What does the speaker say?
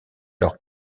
leurs